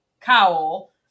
cowl